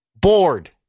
Bored